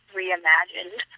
reimagined